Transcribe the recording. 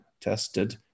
tested